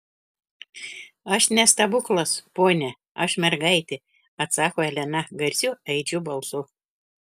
aš ne stebuklas pone aš mergaitė atsako elena garsiu aidžiu balsu